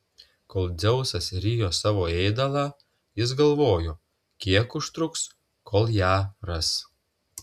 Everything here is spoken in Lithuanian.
kol dzeusas rijo savo ėdalą jis galvojo kiek užtruks kol ją ras